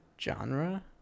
genre